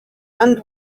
and